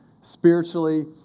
spiritually